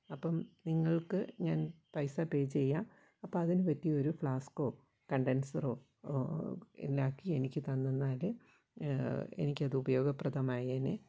അപ്പം നിങ്ങൾക്ക് ഞാൻ പൈസ പേ ചെയ്യാം അപ്പം അതിന് പറ്റിയൊരു ഫ്ലാസ്ക്കോ കണ്ടൻസറോ ഇതാക്കി എനിക്ക് തന്നെന്നാൽ എനിക്കത് ഉപയോഗപ്രദമായേനെ